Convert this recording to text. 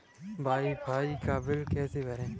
Wi fi का bill कैसे भरें?